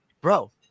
bro